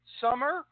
summer